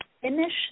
finish